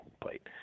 plate